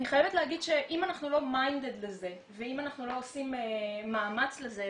חייבת להגיד שאם אנחנו לא מוכוונים לזה ואם אנחנו לא עושים מאמץ לזה,